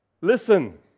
Listen